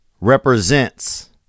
represents